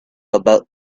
about